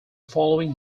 following